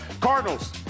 Cardinals